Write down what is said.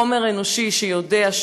חומר אנושי שיודע,